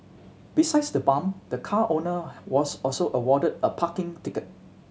besides the bump the car owner was also awarded a parking ticket